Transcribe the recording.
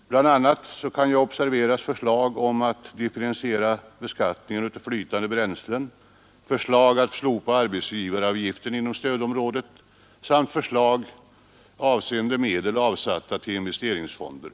Bl. a. kan observeras förslag om att differentiera beskattningen av flytande bränslen, förslag om att slopa arbetsgivaravgiften inom stödområdet samt förslag avseende medel, avsatta till investeringsfonder.